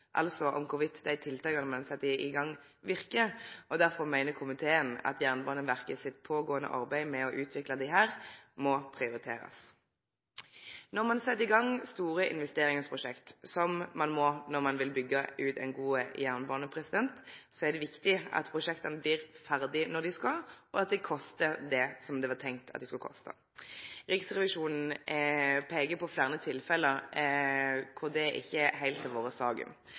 altså om dei tiltaka ein set i gang, verkar. Derfor meiner komiteen at Jernbaneverket sitt pågåande arbeid med å utvikle desse, må prioriterast. Når ein set i gang store investeringsprosjekt, som ein må når ein vil byggje ut ein god jernbane, er det viktig at prosjekta blir ferdige når dei skal, og at dei kostar det ein hadde tenkt dei skulle koste. Riksrevisjonen peikar på fleire tilfelle der det ikkje heilt har skjedd. Komiteen ser at departementet har sett i